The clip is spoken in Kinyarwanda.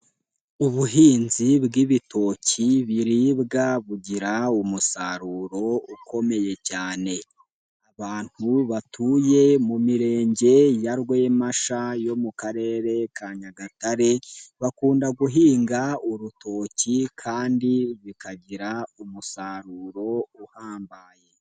Ubuhinzi bw'ibitoki biribwa bugira umusaruro ukomeye cyane, abantu batuye mu mirenge ya Rwemasha yo mu karere ka Nyagatare, bakunda guhinga urutoki kandi bikagira umusaruro uhambaye.